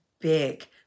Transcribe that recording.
big